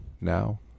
now